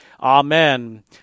Amen